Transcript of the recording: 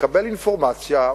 יקבל אינפורמציה,